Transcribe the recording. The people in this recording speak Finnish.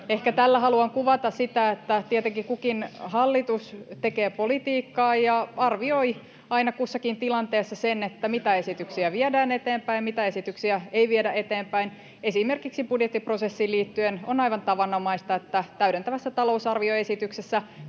Ehkä tällä haluan kuvata sitä, että tietenkin kukin hallitus tekee politiikkaa ja arvioi aina kussakin tilanteessa sen, mitä esityksiä viedään eteenpäin ja mitä esityksiä ei viedä eteenpäin. Esimerkiksi budjettiprosessiin liittyen on aivan tavanomaista, että täydentävässä talousarvioesityksessä